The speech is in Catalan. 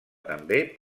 també